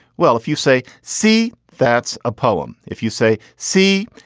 well, if you say c, that's a poem. if you say c,